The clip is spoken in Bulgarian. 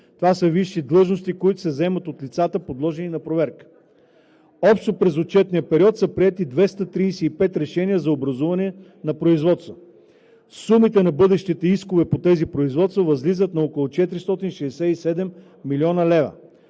това са висши длъжности, които се заемат от лицата, подложени на проверка. Общо през отчетния период са приети 235 решения за образуване на производства. Сумите на бъдещите искове по тези производства възлизат на около 467 млн. лв.